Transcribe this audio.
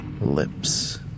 lips